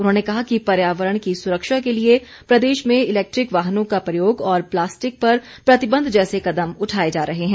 उन्होंने कहा कि पर्यावरण की सुरक्षा के लिए प्रदेश में इलेक्ट्रीक वाहनों का प्रयोग और प्लास्टिक पर प्रतिबंध जैसे कदम उठाए जा रहे हैं